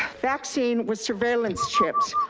vaccine with surveillance chips.